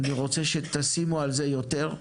אני רוצה שתשימו על זה יותר,